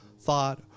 thought